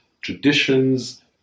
traditions